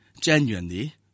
genuinely